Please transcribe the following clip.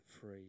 free